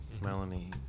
Melanie